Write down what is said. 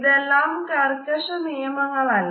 ഇതെല്ലം കർക്കശ നിയമങ്ങൾ അല്ല